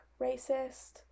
racist